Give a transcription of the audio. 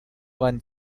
ван